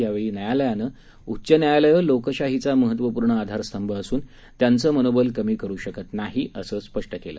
यावेळी न्यायालयानंउच्च न्यायालयं लोकशाहीचा महत्वपूर्ण आधारस्तंभ असून त्यांचं मनोबल कमी करू शकत नाही असं सांगितलं